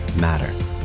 matter